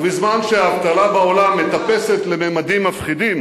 בזמן שהאבטלה בעולם מטפסת לממדים מפחידים,